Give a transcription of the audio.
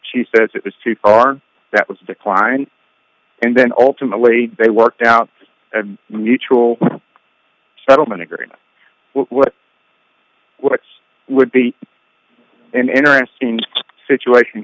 she says it was too far that was a decline and then ultimately they worked out a neutral settlement agreement with what would be an interesting situation